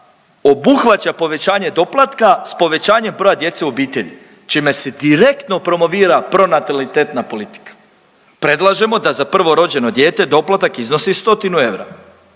obuhvaća povećanje doplatka s povećanjem broja djece u obitelji, čime se direktno promovira pronatalitetna politika. Predlažemo da za prvo rođeno dijete doplatak iznosi 100-tinu